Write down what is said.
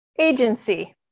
agency